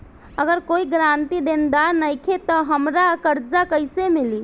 अगर कोई गारंटी देनदार नईखे त हमरा कर्जा कैसे मिली?